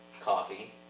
coffee